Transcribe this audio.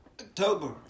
October